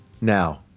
now